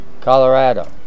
Colorado